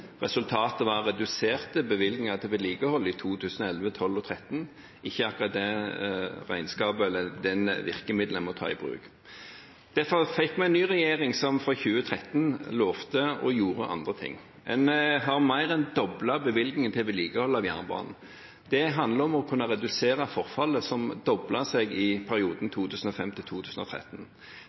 Resultatet var reduserte bevilgninger til vedlikehold i 2011, 2012 og 2013 – ikke akkurat det virkemidlet man må ta i bruk. Derfor fikk vi en ny regjering som fra 2013 lovte og gjorde andre ting. Man har mer enn doblet bevilgningene til vedlikehold av jernbanen. Det handler om å kunne redusere forfallet som doblet seg i perioden